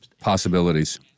Possibilities